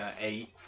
eight